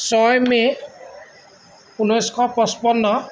ছয় মে' ঊনৈছশ পঁচপন্ন